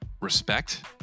respect